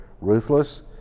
ruthless